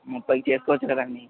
ముప్పైకి చేసుకోవచ్చు కదండి